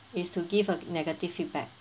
it's to give a negative feedback